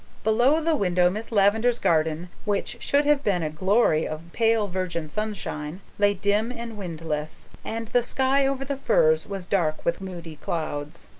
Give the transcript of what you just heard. below the window miss lavendar's garden, which should have been a glory of pale virgin sunshine, lay dim and windless and the sky over the firs was dark with moody clouds.